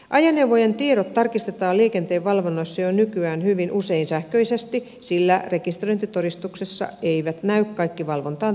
ajoneuvojen tiedot tarkistetaan liikenteenvalvonnassa jo nykyään hyvin usein sähköisesti sillä rekisteröintitodistuksessa eivät näy kaikki valvontaan tarvittavat tiedot